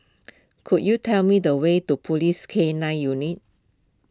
could you tell me the way to Police K nine Unit